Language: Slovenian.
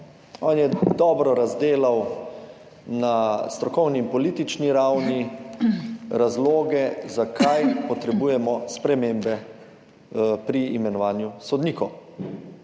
On je dobro razdelal na strokovni in politični ravni razloge, zakaj potrebujemo spremembe pri imenovanju sodnikov.